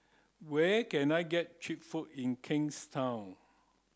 where can I get cheap food in Kingstown